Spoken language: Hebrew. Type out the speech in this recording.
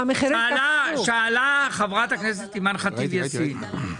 מה שאומר שהורדת המכס לא עזרה למחיר לרדת.